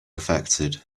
affected